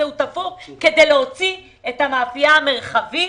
הוא תפור כדי להוציא את המאפייה המרחבית